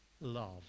love